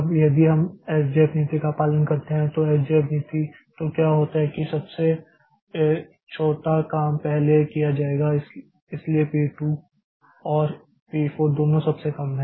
अब यदि हम एसजेएफ नीति का पालन करते हैं तो एसजेएफ नीति है तो क्या होता है कि सबसे छोटा काम पहले किया जाएगा इसलिए पी 2 और पी 4 दोनों सबसे कम हैं